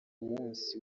munsi